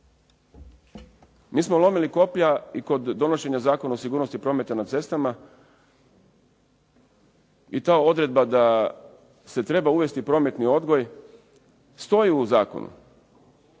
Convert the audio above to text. Mi smo lomili koplja i kod donošenja Zakona o sigurnosti prometa na cestama i ta odredba da se treba uvesti prometni odgoj stoji u zakonu